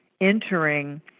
entering